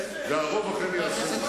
והרוב אכן יעשו את זה.